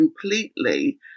completely